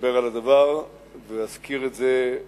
אדבר על הדבר ואזכיר את זה לממשלה.